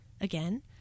again